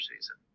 season